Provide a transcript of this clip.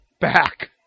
back